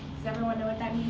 does everyone know what that